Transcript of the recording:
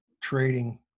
trading